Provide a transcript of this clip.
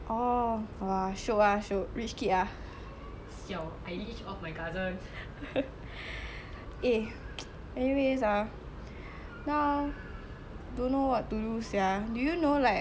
eh anyways ah now don't know what to do sia do you know what can do now like in singapore holiday damn boring sia